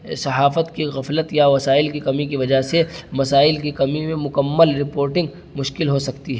صحافت کی غفلت یا وسائل کی کمی کی وجہ سے مسائل کی کمی میں مکمل رپورٹنگ مشکل ہو سکتی ہے